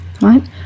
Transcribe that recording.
right